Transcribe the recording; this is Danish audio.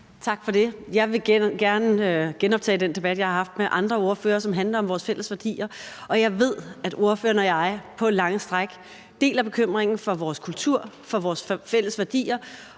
Tak for det. Jeg vil gerne genoptage den debat, jeg har haft med andre partiledere, som handler om vores fælles værdier. Og jeg ved, at fru Inger Støjberg og jeg på lange stræk deler bekymringen for vores kultur, for vores fælles værdier